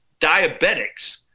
diabetics